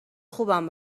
خوبم